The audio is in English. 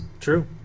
True